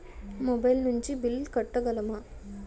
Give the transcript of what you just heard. Mobile నుంచి bill కట్టగలమ?